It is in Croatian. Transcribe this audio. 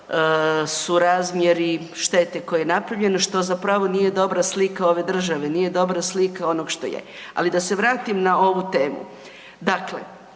su razmjeri štete koja je napravljena što zapravo nije dobra slika ove države, nije dobra slika onog što je, ali da se vratim na ovu temu.